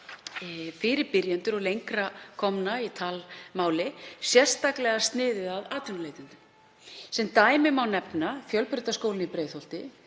fyrir byrjendur og lengra komna í talmáli, sérstaklega sniðna að atvinnuleitendum. Sem dæmi má nefna Fjölbrautaskólann í Breiðholti,